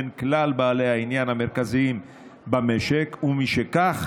בין כלל בעלי העניין המרכזיים במשק, ומשכך,